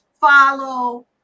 follow